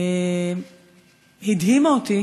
הדהימה אותי